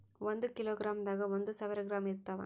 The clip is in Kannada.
ಒಂದ್ ಕಿಲೋಗ್ರಾಂದಾಗ ಒಂದು ಸಾವಿರ ಗ್ರಾಂ ಇರತಾವ